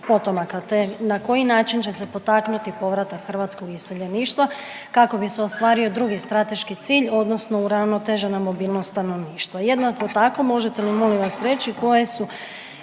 potomaka te na koji način će se potaknuti povratak hrvatskog iseljeništva kako bi se ostvario drugi strateški cilj odnosno uravnotežena moblinost stanovništva? Jednako tako možete li nam molim vas reći koji su